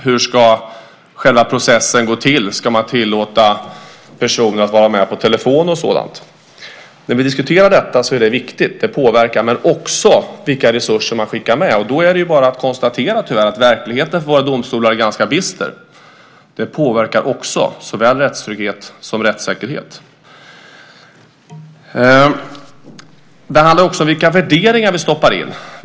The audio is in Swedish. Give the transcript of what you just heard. Hur ska själva processen gå till? Ska man tillåta personer att vara med på telefon och sådant? När vi diskuterar detta är det viktigt, men det är också viktigt vilka resurser man skickar med. Då är det tyvärr bara att konstatera att verkligheten för våra domstolar är ganska bister. Det påverkar också såväl rättstrygghet som rättssäkerhet. Det handlar också om vilka värderingar vi stoppar in.